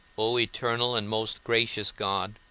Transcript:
o eternal and most gracious god,